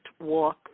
walk